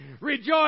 Rejoice